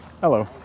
Hello